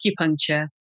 acupuncture